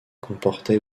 comportait